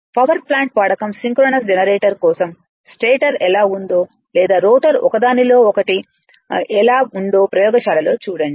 power plant వాడకం synchronous generator కోసం stator ఎలా ఉందో లేదా రోటర్ ఒకదానిలో ఒకటి ఎలా ఉందో ప్రయోగశాలలో చూడండి